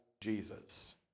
Jesus